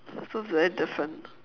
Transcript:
so it's very different